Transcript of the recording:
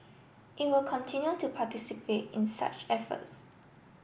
it will continue to participate in such efforts